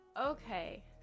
Okay